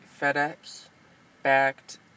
FedEx-backed